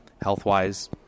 health-wise